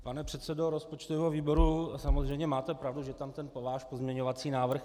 Pane předsedo rozpočtového výboru, samozřejmě máte pravdu, že tam ten váš pozměňovací návrh je.